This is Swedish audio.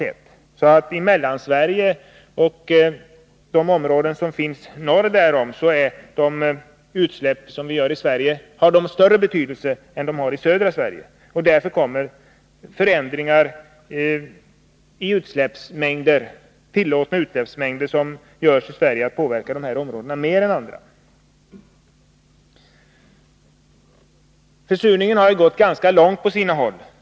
I Mellansverige och norr 18 maj 1982 därom har de utsläpp som vi gör i Sverige större betydelse än utsläppen i södra Sverige. Därför kommer förändringar i tillåtna utsläppsmängder att Åtgärder mot förpåverka dessa områden mer än andra. surningen Försurningen har gått ganska långt på sina håll.